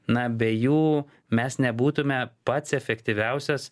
na be jų mes nebūtume pats efektyviausias